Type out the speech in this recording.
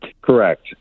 Correct